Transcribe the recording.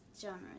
genres